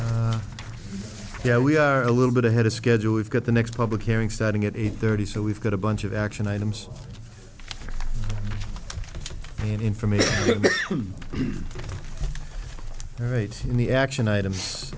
you yeah we are a little bit ahead of schedule we've got the next public hearing starting at eight thirty so we've got a bunch of action items and information right in the action